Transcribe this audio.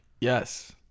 Yes